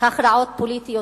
הכרעות פוליטיות